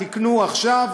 תקנו עכשיו,